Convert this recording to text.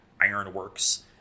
Ironworks